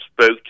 spoke